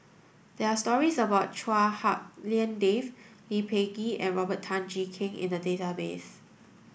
there are stories about Chua Hak Lien Dave Lee Peh Gee and Robert Tan Jee Keng in the database